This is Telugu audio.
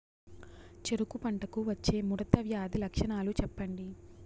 చెరుకు పంటకు వచ్చే ముడత వ్యాధి లక్షణాలు చెప్పండి?